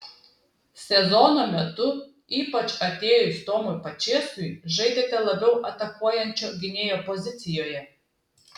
sezono metu ypač atėjus tomui pačėsui žaidėte labiau atakuojančio gynėjo pozicijoje